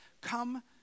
Come